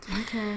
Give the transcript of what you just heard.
Okay